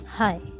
Hi